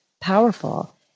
powerful